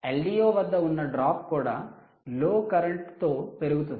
LDO వద్ద ఉన్న drop కూడా లో కరెంటు తో పెరుగుతుంది